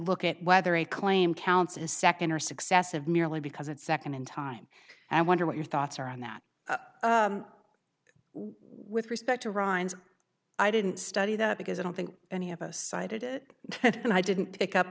look at whether a claim counts as second or successive merely because it's second in time i wonder what your thoughts are on that with respect to ron's i didn't study that because i don't think any of us cited it and i didn't pick up